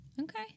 Okay